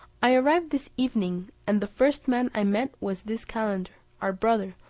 i arrived this evening, and the first man i met was this calender, our brother,